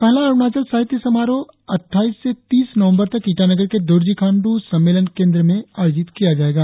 पहला अरुणाचल साहित्य समारोह अटठाईस से तीस नवंबर तक ईटानगर के दोरजी खांडू सम्मेलन केंद्र में आयोजित किया जायेगा